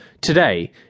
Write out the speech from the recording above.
today